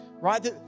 right